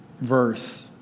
verse